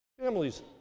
Families